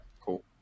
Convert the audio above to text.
Cool